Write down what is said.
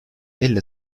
elle